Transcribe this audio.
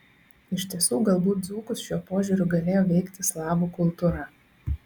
iš tiesų galbūt dzūkus šiuo požiūriu galėjo veikti slavų kultūra